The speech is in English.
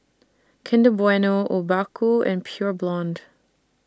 Kinder Bueno Obaku and Pure Blonde